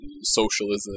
socialism